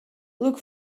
look